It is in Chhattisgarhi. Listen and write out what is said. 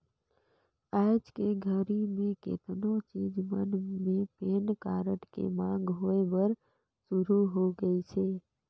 आयज के घरी मे केतनो चीच मन मे पेन कारड के मांग होय बर सुरू हो गइसे